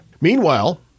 Meanwhile